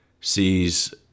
sees